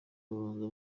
babanza